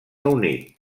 unit